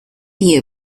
you